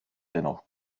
dennoch